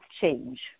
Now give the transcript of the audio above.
change